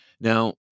now